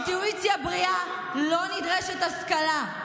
לאינטואיציה בריאה לא נדרשת השכלה,